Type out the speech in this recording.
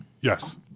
Yes